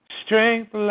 strength